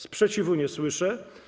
Sprzeciwu nie słyszę.